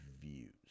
views